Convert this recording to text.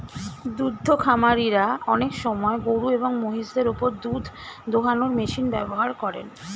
দুদ্ধ খামারিরা অনেক সময় গরুএবং মহিষদের ওপর দুধ দোহানোর মেশিন ব্যবহার করেন